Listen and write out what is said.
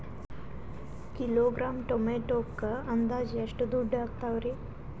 Kilogram ಟೊಮೆಟೊಕ್ಕ ಅಂದಾಜ್ ಎಷ್ಟ ದುಡ್ಡ ಅಗತವರಿ?